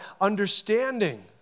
understanding